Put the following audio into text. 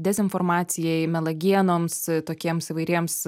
dezinformacijai melagienoms tokiems įvairiems